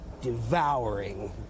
devouring